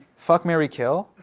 fuck, marry, kill?